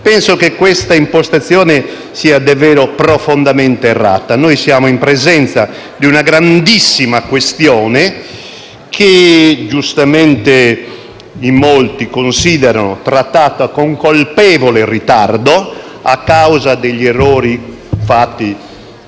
penso che questa impostazione sia davvero profondamente errata. Noi siamo in presenza di una grandissima questione che, giustamente, in molti considerano trattata con colpevole ritardo a causa degli errori fatti